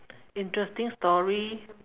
interesting story